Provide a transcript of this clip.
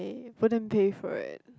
wouldn't pay for it